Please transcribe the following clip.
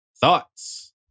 Thoughts